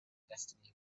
destiny